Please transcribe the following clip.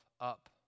up